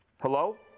Hello